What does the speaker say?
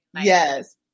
yes